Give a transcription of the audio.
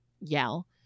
yell